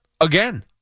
Again